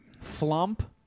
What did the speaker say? Flump